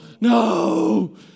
no